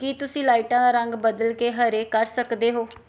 ਕੀ ਤੁਸੀਂ ਲਾਈਟਾਂ ਦਾ ਰੰਗ ਬਦਲ ਕੇ ਹਰੇ ਕਰ ਸਕਦੇ ਹੋ